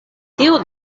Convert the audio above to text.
tio